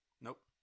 Nope